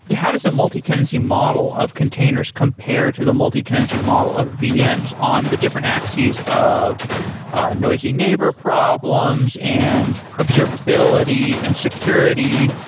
how does a multi-tenancy model of containers compared to the multi-tenancy model of vm's on the different axes of noisy neighbor problems and observability and security?